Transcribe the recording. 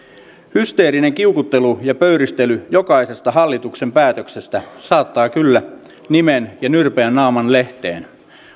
hysteerinen kiukuttelu ja pöyristely jokaisesta hallituksen päätöksestä saattaa kyllä nimen ja nyrpeän naaman lehteen